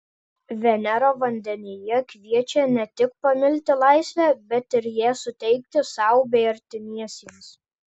venera vandenyje kviečia ne tik pamilti laisvę bet ir ją suteikti sau bei artimiesiems